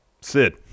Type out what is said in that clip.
Sid